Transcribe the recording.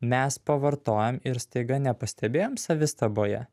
mes pavartojom ir staiga nepastebėjom savistaboje